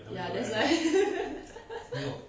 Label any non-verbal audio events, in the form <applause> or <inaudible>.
ya that's why <laughs>